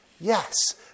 yes